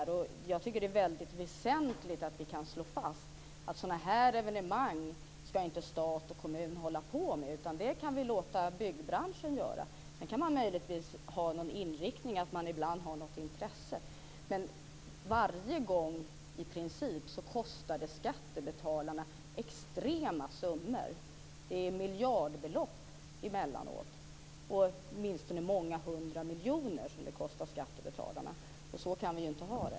Jag tycker att det är väldigt väsentligt att vi kan slå fast att sådana här evenemang ska inte stat och kommun hålla på med, utan det kan vi låta byggbranschen göra. Sedan kan man möjligtvis ha någon inriktning, att man ibland har något intresse. Men varje gång i princip kostar det skattebetalarna extrema summor. Det är miljardbelopp emellanåt, åtminstone många hundra miljoner, som det kostar skattebetalarna. Så kan vi inte ha det.